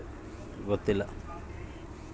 Agri ಬಜಾರಿನಲ್ಲಿ ಯಾವ ಯಾವ ಕೃಷಿಯ ಸಾಮಾನುಗಳು ಸಿಗುತ್ತವೆ?